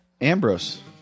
Ambrose